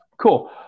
Cool